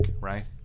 right